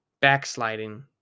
backsliding